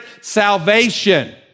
salvation